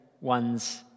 one's